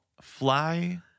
fly